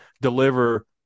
deliver